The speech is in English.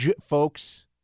Folks